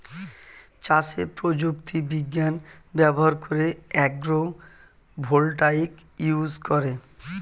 চাষে প্রযুক্তি বিজ্ঞান ব্যবহার করে আগ্রো ভোল্টাইক ইউজ করে